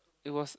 it was